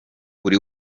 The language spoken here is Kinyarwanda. buri